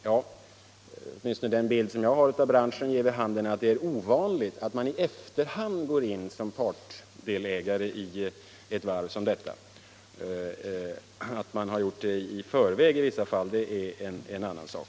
Ja, men åtminstone den bild som jag har fått av branschen ger vid handen att det är ovanligt att varvet i efterhand går in som partdelägare i ett fall som detta. Att man däremot har gjort det i förväg i vissa fall är en annan sak.